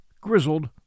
grizzled